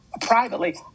privately